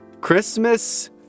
Christmas